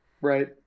right